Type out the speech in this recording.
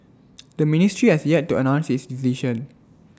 the ministry has yet to announce its decision